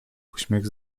uśmiech